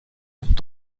ont